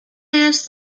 asked